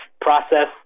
process